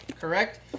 correct